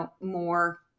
more